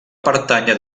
pertànyer